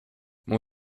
mon